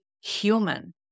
human